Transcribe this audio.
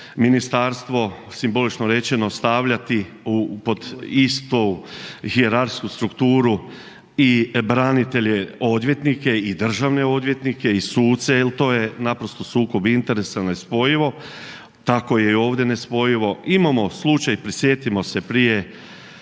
ministarstvo simbolično rečeno stavljati u, pod istu hijerarhijsku strukturu i branitelje odvjetnike i državne odvjetnike i suce jer to je naprosto sukob interesa, nespojivo, tako je i ovdje nespojivo. Imamo slučaj prisjetimo se prije